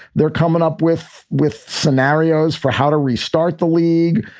they're coming up with with scenarios for how to restart the league.